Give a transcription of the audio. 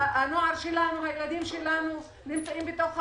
הנוער שלנו, הילדים שלנו נמצאים בתוך הבתים,